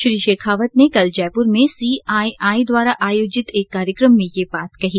श्री शेखावत ने कल जयपुर में सीआईआई द्वारा आयोजित एक कार्यक्रम में ये बात कही